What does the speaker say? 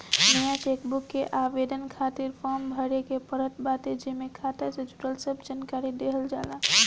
नया चेकबुक के आवेदन खातिर फार्म भरे के पड़त बाटे जेमे खाता से जुड़ल सब जानकरी देहल जाला